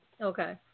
Okay